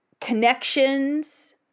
Connections